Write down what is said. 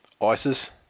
ISIS